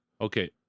Okay